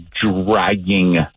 dragging